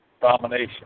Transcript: domination